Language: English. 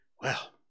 Well